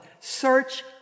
Search